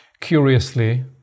curiously